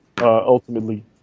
ultimately